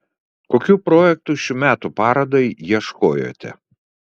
kokių projektų šių metų parodai ieškojote